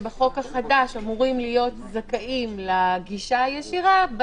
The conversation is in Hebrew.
שבחוק החדש אמורים להיות זכאים לגישה הישירה,